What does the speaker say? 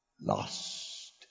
lost